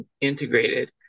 integrated